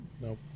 Nope